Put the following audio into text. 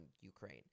Ukraine